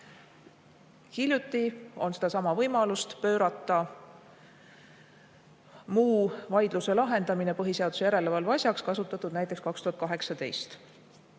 Hiljuti on sedasama võimalust pöörata muu vaidluse lahendamine põhiseaduse järelevalve asjaks kasutatud näiteks